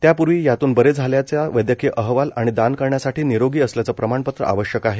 त्यापूर्वी यातून बरे झाल्याचा वैद्यकीय अहवाल आणि दान करण्यासाठी निरोगी असल्याचं प्रमाणपत्र आवश्यक आहे